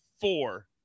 four